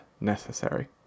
necessary